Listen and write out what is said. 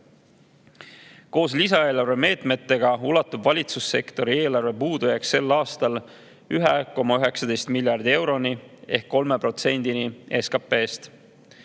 Koos lisaeelarve meetmetega ulatub valitsussektori eelarve puudujääk sel aastal 1,19 miljardi euroni ehk 3%-ni SKP-st.